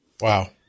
Wow